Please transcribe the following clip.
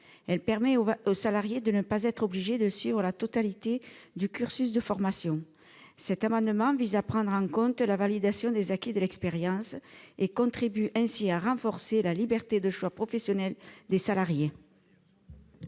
Elle permet au salarié de ne pas être obligé de suivre la totalité du cursus de formation. Cet amendement vise à prendre en considération la validation des acquis de l'expérience et à contribuer ainsi à renforcer la liberté de choix professionnels des salariés.